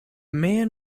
man